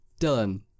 Dylan